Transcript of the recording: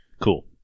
cool